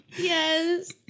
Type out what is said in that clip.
Yes